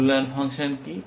মূল্যায়ন ফাংশন কি